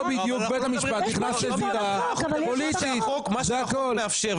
מה שהחוק מאפשר.